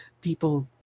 people